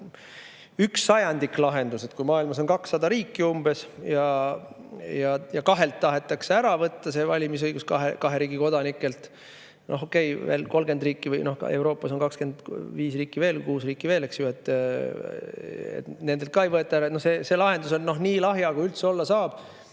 üks sajandik lahendusest. Kui maailmas on umbes 200 riiki ja kahelt tahetakse ära võtta valimisõigus, kahe riigi kodanikelt … No okei, veel 30 riiki. Euroopas on 25 või 26 riiki veel, eks ju. Nendelt ka ei võeta ära. See lahendus on nii lahja, kui üldse olla saab,